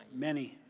many.